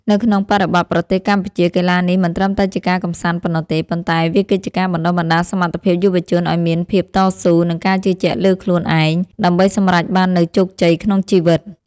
នៅក្នុងបរិបទប្រទេសកម្ពុជា កីឡានេះមិនត្រឹមតែជាការកម្សាន្តប៉ុណ្ណោះទេ ប៉ុន្តែវាគឺជាការបណ្ដុះបណ្ដាលសមត្ថភាពយុវជនឱ្យមានភាពតស៊ូ និងការជឿជាក់លើខ្លួនឯង ដើម្បីសម្រេចបាននូវជោគជ័យក្នុងជីវិត។